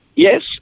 Yes